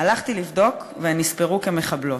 הלכתי לבדוק, והן נספרו כמחבלות.